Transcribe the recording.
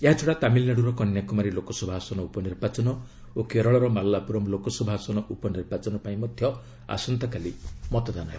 ଏହାଛଡ଼ା ତାମିଲନାଡୁର କନ୍ୟାକୁମାରୀ ଲୋକସଭା ଆସନ ଉପନିର୍ବାଚନ ଓ କେରଳର ମାଲାପୁରମ୍ ଲୋକସଭା ଆସନ ଉପନିର୍ବାଚନ ପାଇଁ ମଧ୍ୟ ଆସନ୍ତାକାଲି ମତଦାନ ହେବ